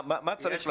מה צריך לעשות.